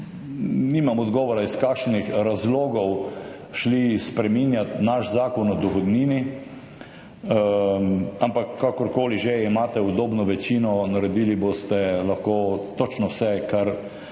nimam odgovora iz kakšnih razlogov, šli spreminjat naš Zakon o dohodnini, ampak kakorkoli že. Imate udobno večino, naredili boste lahko točno vse, kar si